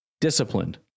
Disciplined